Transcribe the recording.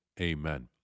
Amen